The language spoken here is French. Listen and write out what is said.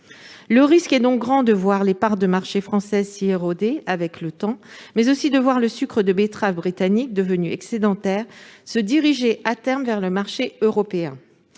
Le risque est donc grand de voir les parts de marché françaises s'y éroder avec le temps, mais aussi le sucre de betterave britannique, devenu excédentaire, se diriger à terme vers le marché européen.